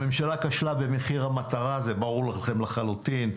הממשלה כשלה במחיר המטרה, זה ברור לכם לחלוטין,